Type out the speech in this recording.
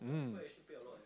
mm